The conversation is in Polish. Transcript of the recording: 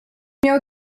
miał